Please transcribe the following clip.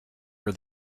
were